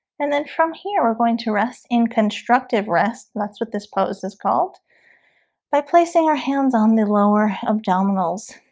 and then from here, we're going to rest in constructive rest that's what this pose is called by placing our hands on the lower abdominals